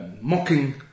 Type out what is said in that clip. mocking